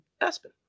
Aspen